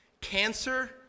Cancer